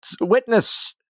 Witness